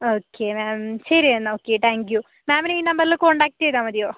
okay ma'am ശരി എന്നാൽ okay thank you മാമിന് ഈ നമ്പറില് കോണ്ടാക്ട് ചെയ്താൽ മതിയോ